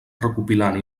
recopilant